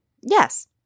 yes